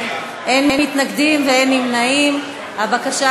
הכרעה במחלוקות בין הורים בעניין הנתון לאפוטרופסותם),